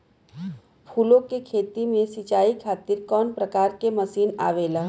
फूलो के खेती में सीचाई खातीर कवन प्रकार के मशीन आवेला?